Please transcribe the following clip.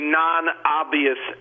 non-obvious